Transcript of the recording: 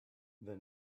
the